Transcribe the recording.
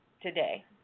today